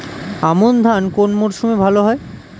আমন ধান কোন মরশুমে ভাল হয়?